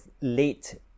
late